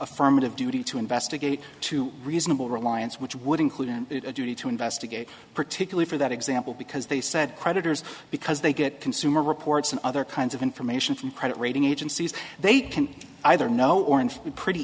affirmative duty to investigate to reasonable reliance which would include a duty to investigate particularly for that example because they said creditors because they get consumer reports and other kinds of information from credit rating agencies they can either know or and we pretty